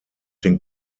den